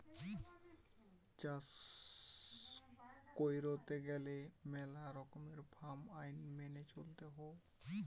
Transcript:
চাষ কইরতে গেলে মেলা রকমের ফার্ম আইন মেনে চলতে হৈ